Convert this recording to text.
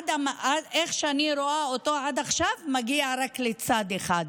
איך שאני רואה אותו עד עכשיו, מגיע רק לצד אחד.